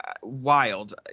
Wild